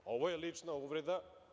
Ovo je lična uvreda.